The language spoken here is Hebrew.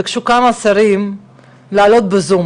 כמה שרים ביקשו לעלות בזום